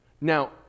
Now